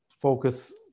focus